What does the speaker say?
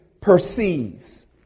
perceives